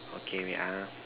okay wait ah